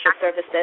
services